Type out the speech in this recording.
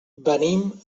venim